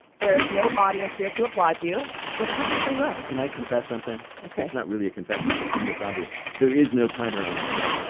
there is no audience here to applaud you. so the pressure's pretty low can i confess something? ok it's not really a confession because to me, it's obvious. there is no timer on our show.